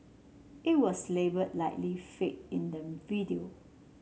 it was labelled Likely Fake in the video